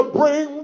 bring